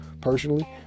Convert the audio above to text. personally